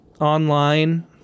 online